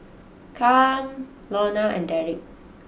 Cam Lona and Derick